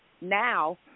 now